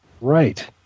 right